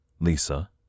Lisa